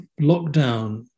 lockdown